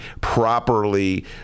properly